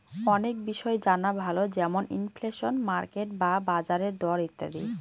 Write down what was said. অনেক বিষয় জানা ভালো যেমন ইনফ্লেশন, মার্কেট বা বাজারের দর ইত্যাদি